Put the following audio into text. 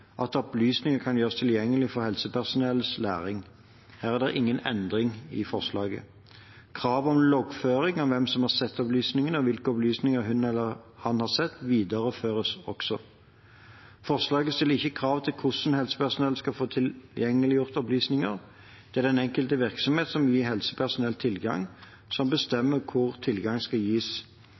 at opplysninger kan gjøres tilgjengelig for helsepersonellets læring. Her er det ingen endring i forslaget. Krav om loggføring av hvem som har sett opplysningene, og hvilke opplysninger hun eller han har sett, videreføres også. Forslaget stiller ikke krav til hvordan helsepersonell skal få tilgjengeliggjort opplysninger. Det er den enkelte virksomhet som gir helsepersonell tilgang, som bestemmer hvordan tilgang skal gis.